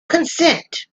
consent